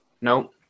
No